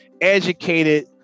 educated